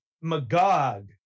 magog